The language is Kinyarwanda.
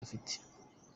dufite